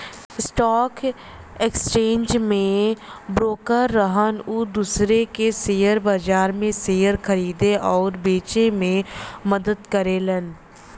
stock exchange में broker रहन उ दूसरे के शेयर बाजार में शेयर खरीदे आउर बेचे में मदद करेलन